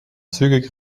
zügig